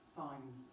signs